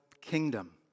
Kingdom